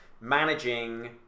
managing